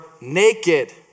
naked